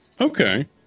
Okay